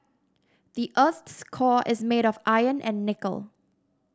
the earth's core is made of iron and nickel